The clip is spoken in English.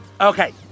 Okay